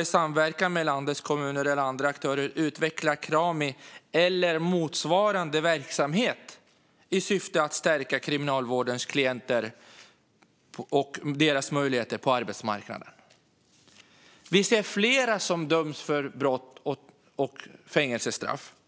i samverkan med landets kommuner eller andra aktörer ska utveckla Krami eller motsvarande verksamhet i syfte att stärka kriminalvårdens klienters möjligheter på arbetsmarknaden". Vi ser flera som döms till fängelsestraff för brott.